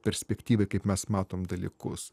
perspektyvai kaip mes matom dalykus